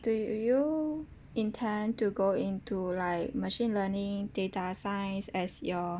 do you intend to go into like machine learning data science as your